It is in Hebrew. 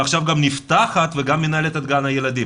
ועכשיו היא גם פותחת ומנהלת את גן הילדים.